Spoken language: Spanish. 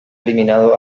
eliminado